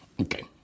Okay